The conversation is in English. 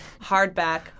hardback